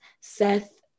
Seth